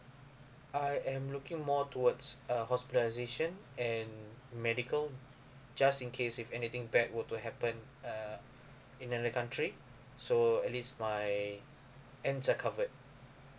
I am looking more towards uh hospitalisation and medical just in case if anything bad were to happen uh in another country so at least my ends are covered